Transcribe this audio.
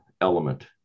element